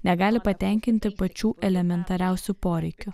negali patenkinti pačių elementariausių poreikių